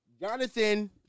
Jonathan